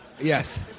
Yes